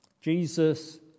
Jesus